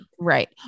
Right